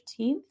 15th